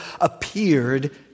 appeared